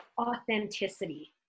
authenticity